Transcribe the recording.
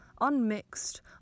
unmixed